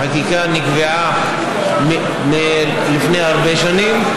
החקיקה נקבעה לפני הרבה שנים.